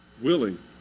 willing